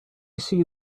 see